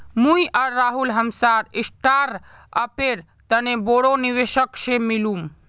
मुई आर राहुल हमसार स्टार्टअपेर तने बोरो निवेशक से मिलुम